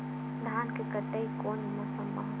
धान के कटाई कोन मौसम मा होथे?